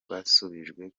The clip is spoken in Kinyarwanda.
basubijwe